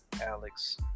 Alex